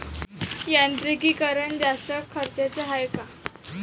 यांत्रिकीकरण जास्त खर्चाचं हाये का?